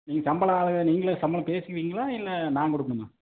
நீங்கள் சம்பளம் ஆளுங்கள் நீங்களே சம்பளம் பேசுவீங்களா இல்லை நான் கொடுக்கணுமா